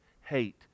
hate